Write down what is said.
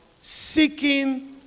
seeking